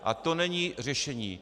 A to není řešení.